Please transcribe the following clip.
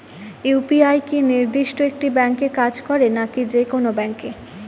UPI কি নির্দিষ্ট একটি ব্যাংকে কাজ করে নাকি যে কোনো ব্যাংকে?